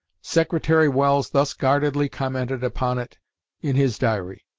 secretary welles thus guardedly commented upon it in his diary